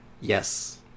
Yes